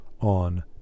on